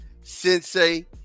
Sensei